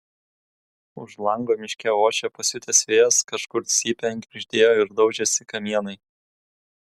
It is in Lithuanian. už lango miške ošė pasiutęs vėjas kažkur cypė girgždėjo ir daužėsi kamienai